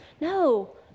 No